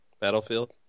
Battlefield